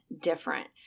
different